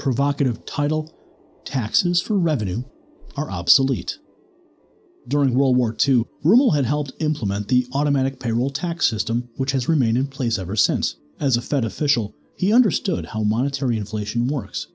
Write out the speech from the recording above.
provocative title taxes for revenue are obsolete during world war two rimmel had helped implement the automatic payroll tax system which has remained in place ever since as a fed official he understood how monetary inflation works